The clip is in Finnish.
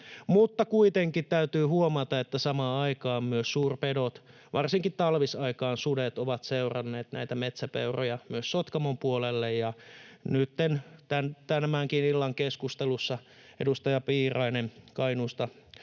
Mutta kuitenkin täytyy huomata, että samaan aikaan suurpedot, varsinkin talvisaikaan sudet, ovat seuranneet näitä metsäpeuroja myös Sotkamon puolelle. Ja nytten tämänkin illan keskustelussa edustaja Piirainen Kajaanista